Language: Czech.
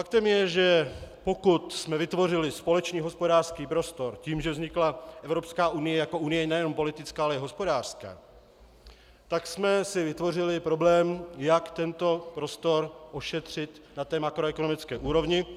Faktem je, že pokud jsme vytvořili společný hospodářský prostor tím, že vznikla Evropská unie jako unie nejenom politická, ale i hospodářská, tak jsme si vytvořili problém, jak tento prostor ošetřit na makroekonomické úrovni.